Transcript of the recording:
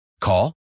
Call